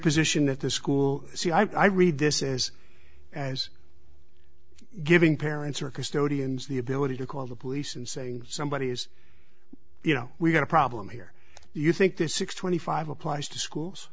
position that the school i read this is as giving parents or custodians the ability to call the police and saying somebody is you know we've got a problem here you think this six twenty five applies to schools